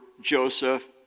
Joseph